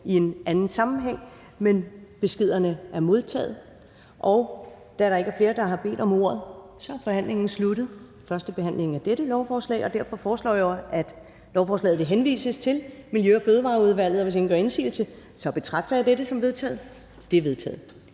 i en anden sammenhæng, men beskederne er modtaget. Da der ikke er flere, der har bedt om ordet, er førstebehandlingen af dette lovforslag sluttet. Derfor foreslår jeg jo, at lovforslaget henvises til Miljø- og Fødevareudvalget. Og hvis ingen gør indsigelse, betragter jeg dette som vedtaget. Det er vedtaget.